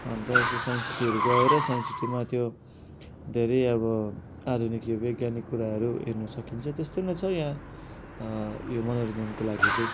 अन्त यसो साइन्स सिटीहरू गएर साइन्स सिटीमा त्यो धेरै अब आधुनिक युग वैज्ञानिक कुराहरू हेर्नु सकिन्छ त्यस्तो नै छ यहाँ यो मनोरञ्जनको लागि चाहिँ